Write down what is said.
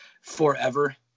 forever